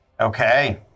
Okay